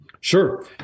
Sure